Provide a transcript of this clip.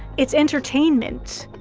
it's entertainment.